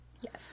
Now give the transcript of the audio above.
Yes